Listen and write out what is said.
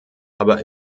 aber